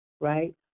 right